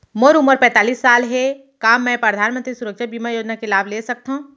मोर उमर पैंतालीस साल हे का मैं परधानमंतरी सुरक्षा बीमा योजना के लाभ ले सकथव?